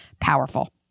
powerful